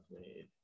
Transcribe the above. made